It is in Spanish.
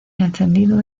encendido